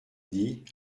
dit